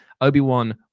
obi-wan